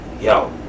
yo